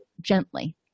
gently